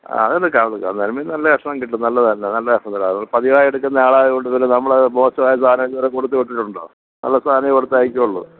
അതെടുക്കാം അതെടുക്കാം നെയ്മീൻ നല്ല കഷ്ണം കിട്ടും നല്ലതാണ് നല്ല കഷ്ണങ്ങളാണ് അത് പതിവായി എടുക്കുന്ന ആളായോണ്ട് തന്നെ നമ്മളത് മോശമായ സാധനം ഇതുവരെ കൊടുത്തു വിട്ടിട്ടുണ്ടോ നല്ല സാധനമേ കൊടുത്തയക്കൂള്ളു